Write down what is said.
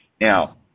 Now